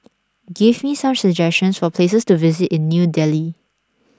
give me some suggestions for places to visit in New Delhi